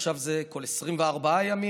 עכשיו זה כל 24 ימים.